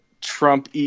trump